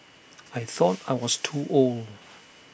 I thought I was too old